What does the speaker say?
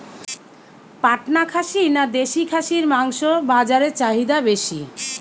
পাটনা খাসি না দেশী খাসির মাংস বাজারে চাহিদা বেশি?